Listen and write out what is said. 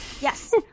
Yes